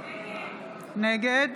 נגד